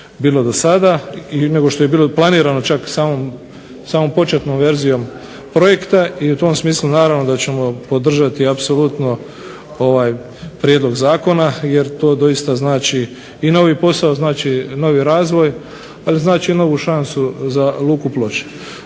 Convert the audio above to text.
puno veće nego što je bilo planirano samom početnom verzijom projekta i u tom smislu naravno da ćemo podržati apsolutno ovaj Prijedlog zakona jer to apsolutno znači i novi posao i novi razvoj, znači novu šansu za luku Ploče.